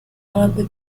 grande